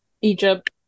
Egypt